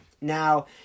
Now